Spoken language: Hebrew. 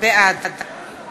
בעד